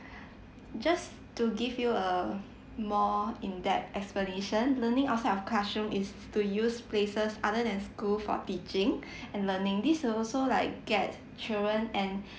just to give you a more in depth explanation learning outside of classroom is to use places other than school for teaching and learning this will also like get children and